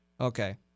Okay